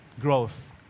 growth